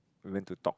we went to talk